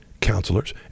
counselors